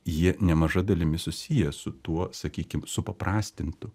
jie nemaža dalimi susiję su tuo sakykim supaprastintu